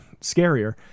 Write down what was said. scarier